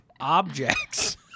objects